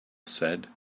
said